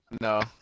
No